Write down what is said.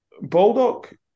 Baldock